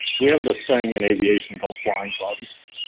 we have this thing in aviation called fly-in clubs.